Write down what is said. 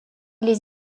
les